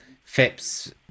FIPS